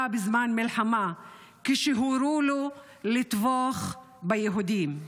בזמן מלחמה כשהורו לו לטבוח ביהודים.